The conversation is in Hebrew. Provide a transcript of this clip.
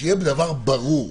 שיהיה דבר ברור.